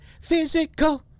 physical